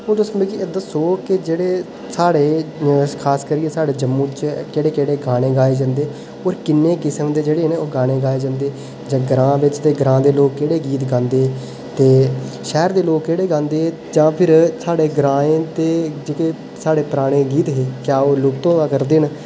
हून तुस मिगी दस्सो के साढ़े खासकरी जम्मू च केह्ड़े केह्ड़े गाने गाए जंदे और किन्ने किस्म दे जेह्ड़े गाने गाए जंदे जां ग्रां बिच्च ग्रां दे लोक केह्ड़े गीत गाए जंदे ते शैह्र दे लोक केह्ड़े गांदे जा फिर साढ़े ग्रां दे जेह्ड़े साढ़े पराने गीत है क्या ओह् लुप्त होआ करदे न